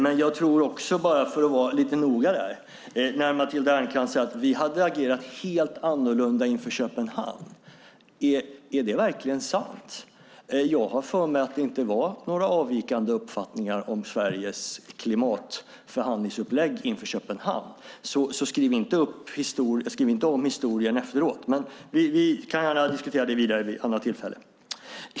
Men bara för att vara lite noggrann: Matilda Ernkrans säger att ni hade agerat helt annorlunda inför Köpenhamnsmötet. Är det verkligen sant? Jag har för mig att det inte var några avvikande uppfattningar om Sveriges klimatförhandlingsupplägg inför Köpenhamnsmötet. Så skriv inte om historien efteråt! Men det kan vi gärna diskutera vidare vid ett annat tillfälle.